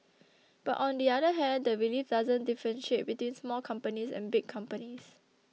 but on the other hand the relief doesn't differentiate between small companies and big companies